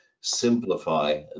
simplify